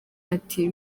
ati